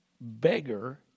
beggar